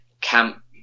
camp